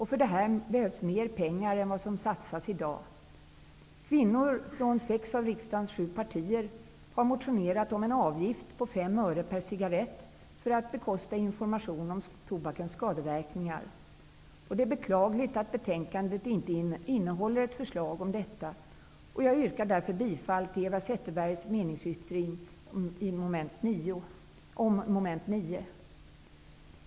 För detta behövs mer pengar än vad som satsas i dag. Kvinnor från sex av riksdagens sju partier har motionerat om en avgift på fem öre per cigarett för att bekosta information om tobakens skadeverkningar. Det är beklagligt att betänkandet inte innehåller ett förslag om detta. Jag yrkar därför bifall till Eva Zetterbergs meningsyttring till mom. 9.